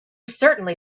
certainly